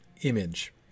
image